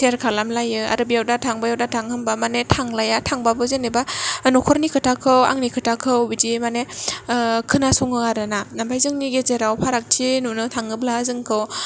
आरो बेयाव दाथां बैयाव दाथां होनबाबो माने थांलाया माने थांब्लाबो जेन'बा नखरनि खोथाखौ आंनि खोथाखौ माने बिदि माने ओं खोनासङो आरोना ओंफ्राय जोंनि गेजेराव फारागथि नुनो थाङोब्ला जोंखौ